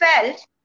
felt